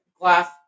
glass